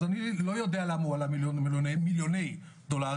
אז אני לא יודע למה הוא עלה מיליוני דולרים,